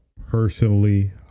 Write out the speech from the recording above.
personally